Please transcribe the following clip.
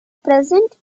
present